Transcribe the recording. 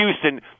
houston